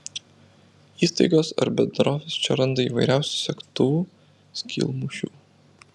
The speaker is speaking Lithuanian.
įstaigos ar bendrovės čia randa įvairiausių segtuvų skylmušių